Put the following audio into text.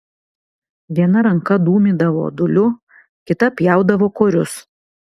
viena ranka dūmydavo dūliu kita pjaudavo korius